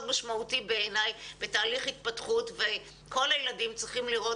משמעותי בתהליך התפתחות וכל הילדים צריכים לראות